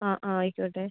ആ ആ ആയിക്കോട്ടെ